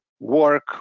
work